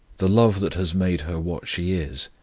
the love that has made her what she is,